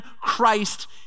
Christ